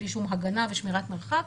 בלי כל הגנה ושמירת מרחק